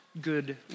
good